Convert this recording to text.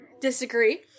disagree